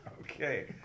okay